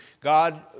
God